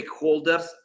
stakeholders